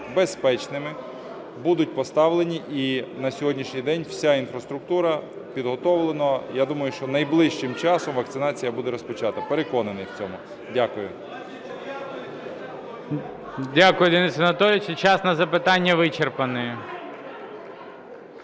безпечними, будуть поставлені, і на сьогоднішній день вся інфраструктура підготовлена. Я думаю, що найближчим часом вакцинація буде розпочата, переконаний в цьому. Дякую. ГОЛОВУЮЧИЙ. Дякую, Денисе Анатолійовичу. Час на запитання вичерпаний.